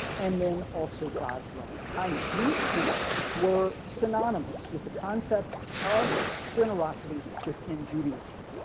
and then also god's loving kindness. these two were synonymous with the concept of generosity within judaism.